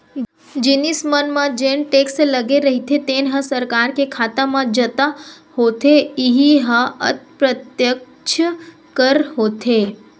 जिनिस मन म जेन टेक्स लगे रहिथे तेन ह सरकार के खाता म जता होथे इहीं ह अप्रत्यक्छ कर होथे